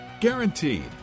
Guaranteed